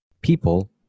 people